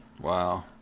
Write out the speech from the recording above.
Wow